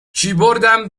کیبوردم